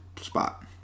spot